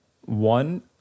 One